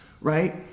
right